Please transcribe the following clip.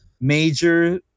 major